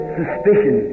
suspicion